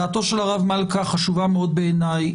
דעתו של הרב מלכא חשובה מאוד בעיניי,